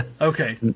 Okay